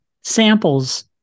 samples